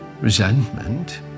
resentment